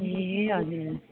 ए हजुर हजुर